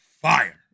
fire